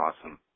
awesome